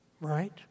Right